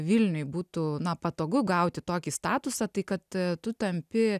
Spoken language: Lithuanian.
vilniuj būtų patogu gauti tokį statusą tai kad tu tampi